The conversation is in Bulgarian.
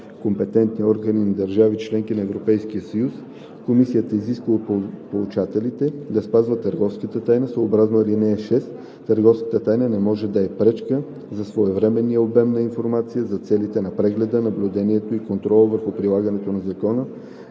компетентни органи на държави – членки на Европейския съюз, комисията изисква от получателите да спазват търговската тайна съобразно ал. 6. Търговската тайна не може да е пречка за своевременния обмен на информация за целите на прегледа, наблюдението и контрола върху прилагането на закона